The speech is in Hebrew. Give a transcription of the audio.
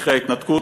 מלקחי ההתנתקות,